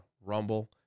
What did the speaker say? Rumble